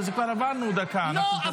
כבר עברנו דקה, חבל על הזמן.